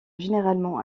généralement